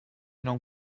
non